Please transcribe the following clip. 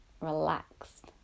relaxed